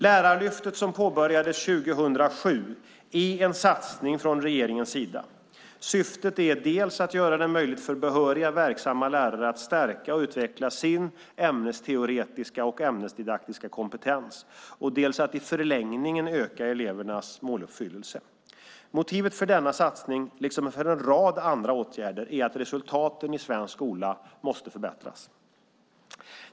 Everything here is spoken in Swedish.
Lärarlyftet, som påbörjades 2007, är en satsning från regeringens sida. Syftet är dels att göra det möjligt för behöriga, verksamma lärare att stärka och utveckla sin ämnesteoretiska och ämnesdidaktiska kompetens, dels att i en förlängning öka elevernas måluppfyllelse. Motivet för denna satsning, liksom för en rad andra åtgärder, är att resultaten i svensk skola måste förbättras.